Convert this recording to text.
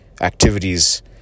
activities